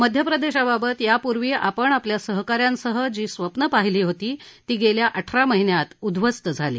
मध्यप्रदेशाबाबत यापूर्वी आपण आपल्या सहकाऱ्यांसह जी स्वप्न पाहिली होती ती गेल्या अठरा महिन्यात उद्ध्वस्त झाली